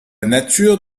nature